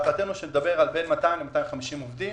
ומדובר על בין 200 ל-250 עובדים